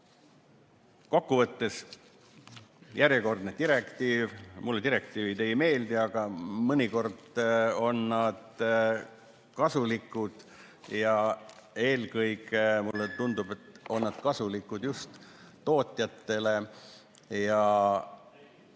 kokkuvõtteks: järjekordne direktiiv. Mulle direktiivid ei meeldi, aga mõnikord on nad kasulikud ja eelkõige, mulle tundub, kasulikud just tootjatele.